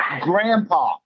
Grandpa